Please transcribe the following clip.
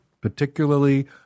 particularly